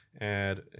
add